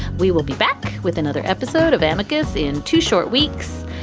we will be back with another episode of amicus in two short weeks.